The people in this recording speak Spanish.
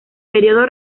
período